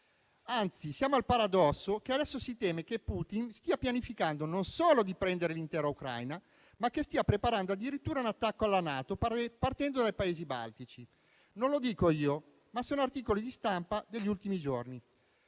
Anzi, siamo al paradosso che adesso si teme che Putin stia pianificando non solo di prendere l'intera Ucraina, ma che stia preparando addirittura un attacco alla NATO, partendo dai Paesi baltici. Non lo dico io, ma lo dicono articoli di stampa degli ultimi giorni.